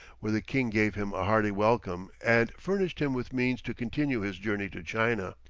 where the king gave him a hearty welcome and furnished him with means to continue his journey to china.